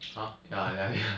!huh! ya lia lia